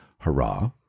Hurrah